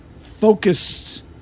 focused